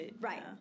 Right